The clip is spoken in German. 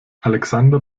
alexander